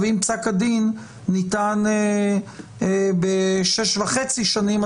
ואם פסק הדין ניתן בשש וחצי שנים,